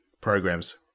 programs